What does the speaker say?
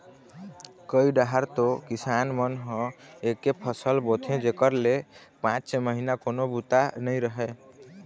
कइ डाहर तो किसान मन ह एके फसल बोथे जेखर ले पाँच छै महिना कोनो बूता नइ रहय